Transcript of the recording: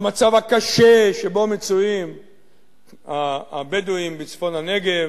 במצב הקשה שבו מצויים הבדואים בצפון הנגב.